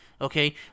Okay